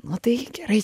nu tai gerai